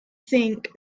think